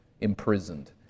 imprisoned